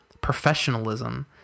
professionalism